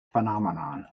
phenomenon